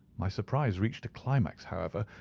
my surprise reached a climax, however,